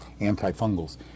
antifungals